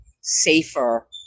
safer